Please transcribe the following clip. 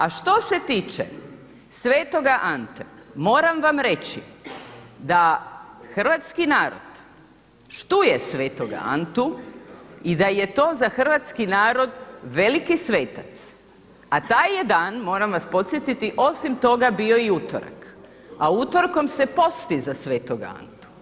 A što se tiče svetoga Ante moram vam reći da hrvatski narod štuje svetoga Antu i da je to za hrvatski narod veliki svetac, a taj je dan moram vas podsjetiti osim toga bio i utorak, a utorkom se posti za svetog Antu.